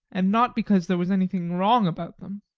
and not because there was anything wrong about them.